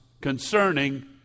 concerning